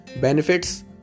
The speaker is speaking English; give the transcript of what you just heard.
Benefits